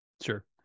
Sure